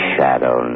Shadow